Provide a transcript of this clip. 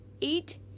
eight